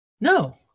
No